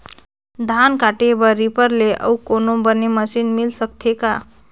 धान काटे बर रीपर ले अउ कोनो बने मशीन मिल सकथे का?